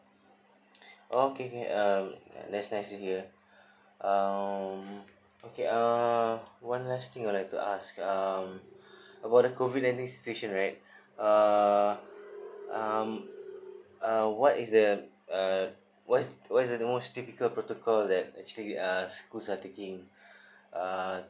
okay ya um that's nice to hear uh okay uh one last thing I like to ask um about the COVID Nineteen situation right uh um uh what is the uh what is what is the most typical protocol that actually uh schools are taking uh